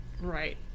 right